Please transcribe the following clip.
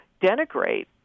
denigrate